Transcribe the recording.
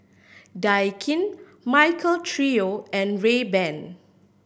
Daikin Michael Trio and Rayban